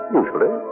usually